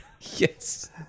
yes